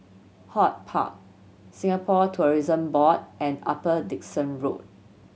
HortPark Singapore Tourism Board and Upper Dickson Road